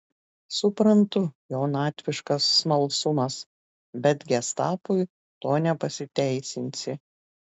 suprantu jaunatviškas smalsumas bet gestapui tuo nepasiteisinsi